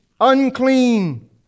Unclean